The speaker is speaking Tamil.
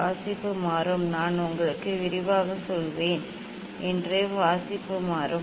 வாசிப்பு மாறும் நான் உங்களுக்கு விரிவாகச் சொல்வேன் என்று வாசிப்பு மாறும்